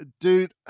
dude